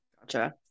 Gotcha